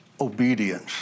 obedience